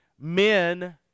men